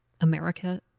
America